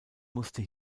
musste